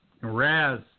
Raz